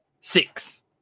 Six